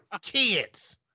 kids